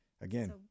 Again